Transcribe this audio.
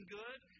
good